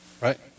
Right